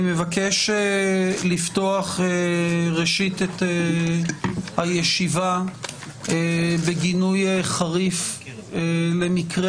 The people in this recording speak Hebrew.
אני מבקש לפתוח את הישיבה בגינוי חריף למקרה